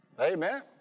Amen